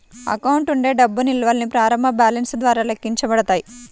account ఉండే డబ్బు నిల్వల్ని ప్రారంభ బ్యాలెన్స్ ద్వారా లెక్కించబడతాయి